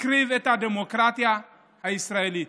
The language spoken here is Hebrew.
הקריב את הדמוקרטיה הישראלית.